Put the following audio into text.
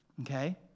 okay